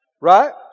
Right